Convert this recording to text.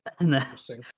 Interesting